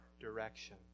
direction